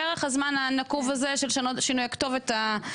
בערך הזמן הנקוב הזה של שינוי הכתובת הנכון.